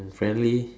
and friendly